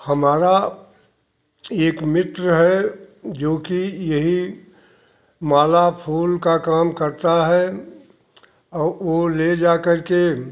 हमारा एक मित्र है जो कि यही माला फुल का काम करता है औ वो ले जा करके